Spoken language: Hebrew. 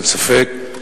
אין ספק.